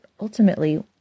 ultimately